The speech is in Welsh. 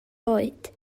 oed